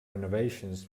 renovations